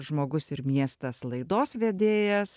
žmogus ir miestas laidos vedėjas